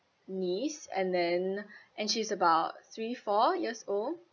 niece and then and she's about three four years old